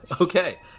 Okay